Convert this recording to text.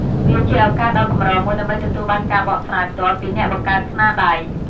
វាជាឱកាសដ៏កម្រមួយដើម្បីទទួលបានការបកស្រាយផ្ទាល់ពីអ្នកបង្កើតស្នាដៃ។